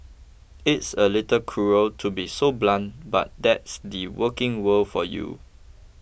it's a little cruel to be so blunt but that's the working world for you